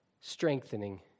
strengthening